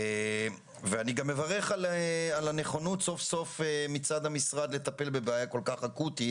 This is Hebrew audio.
אני גם מברך על הנכונות סוף-סוף מצד המשרד לטפל בבעיה כל כך אקוטית.